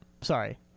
Sorry